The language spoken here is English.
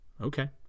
okay